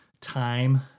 time